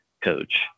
coach